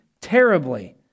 terribly